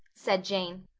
said jane.